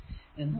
എന്ന് ആക്കുന്നു